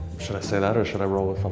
should i say that or should i roll with